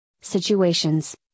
situations